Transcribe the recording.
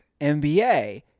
nba